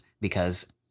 because-